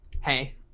hey